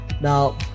Now